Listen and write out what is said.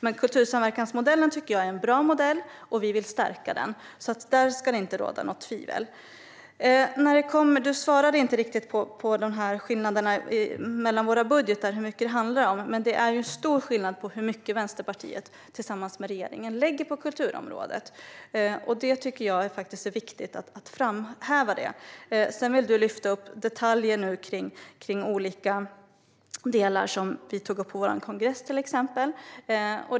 Men kultursamverkansmodellen tycker jag är en bra modell, och vi vill stärka den. Där ska det inte råda något tvivel. Du svarade inte riktigt på frågan om skillnaden mellan våra budgetar, Cecilia Magnusson, hur mycket det handlar om. Men det är en stor skillnad mellan hur mycket ni och hur mycket Vänsterpartiet tillsammans med regeringen lägger på kulturområdet. Jag tycker att det är viktigt att framhålla det. Sedan vill du lyfta upp detaljer i olika delar som vi tog upp på vår kongress, till exempel.